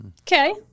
Okay